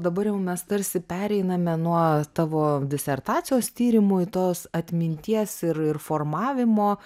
dabar jau mes tarsi pereiname nuo tavo disertacijos tyrimų tos atminties ir ir formavimo